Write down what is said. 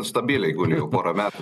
stabiliai guli jau porą metų